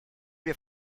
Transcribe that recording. wir